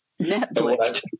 Netflix